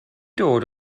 dod